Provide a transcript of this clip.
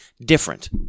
different